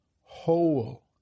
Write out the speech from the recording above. whole